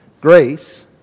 Grace